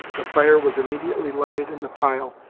the fire was immediately lighted in the pile,